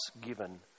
given